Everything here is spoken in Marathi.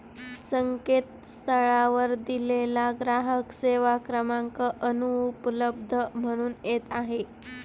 संकेतस्थळावर दिलेला ग्राहक सेवा क्रमांक अनुपलब्ध म्हणून येत आहे